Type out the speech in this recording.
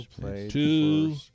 two